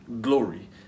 glory